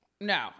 no